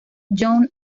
young